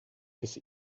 his